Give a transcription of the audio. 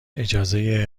اجازه